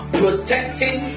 protecting